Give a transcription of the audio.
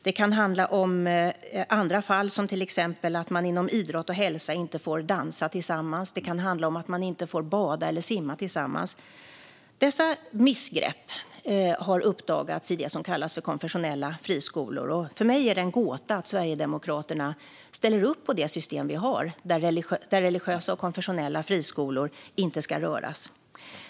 Det kan handla om andra fall, som att man till exempel inom idrott och hälsa inte får dansa tillsammans. Det kan handla om att man inte får bada eller simma tillsammans. Dessa missgrepp har uppdagats i det som kallas konfessionella friskolor. För mig är det en gåta att Sverigedemokraterna ställer upp på det system vi har där religiösa och konfessionella friskolor inte ska röras.